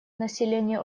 населения